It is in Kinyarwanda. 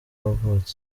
wavutse